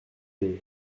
est